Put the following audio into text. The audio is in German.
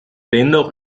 dennoch